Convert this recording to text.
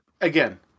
again